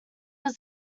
was